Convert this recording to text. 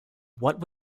what